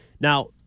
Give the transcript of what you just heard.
Now